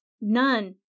none